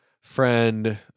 friend